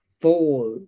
four